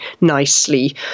nicely